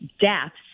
deaths